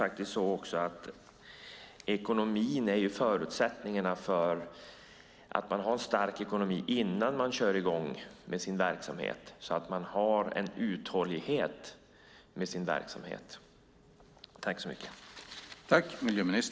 Det är en förutsättning att man har en stark ekonomi innan man kör i gång med sin verksamhet, så att det finns en uthållighet.